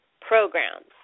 programs